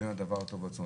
לבין הדבר הטוב עצמו,